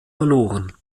verloren